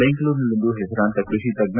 ಬೆಂಗಳೂರಿನಲ್ಲಿಂದು ಹೆಸರಾಂತ ಕೃಷಿ ತಜ್ಞ